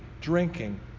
drinking